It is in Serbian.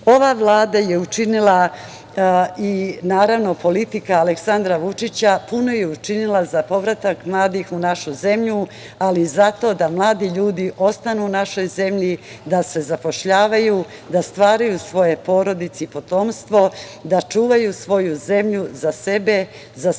Vlada je učinila, kao i politika Aleksandra Vučića, puno za povratak mladih u našu zemlju, ali zato da mladi ljudi ostanu u našoj zemlji, da se zapošljavaju, da stvaraju svoje porodice i potomstvo, da čuvaju svoju zemlju za sebe, za svoje